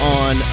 on